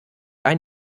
ein